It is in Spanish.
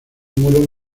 muro